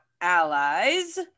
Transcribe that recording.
allies